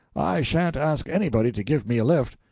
i sha'n't ask anybody to give me a lift.